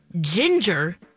ginger